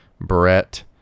Brett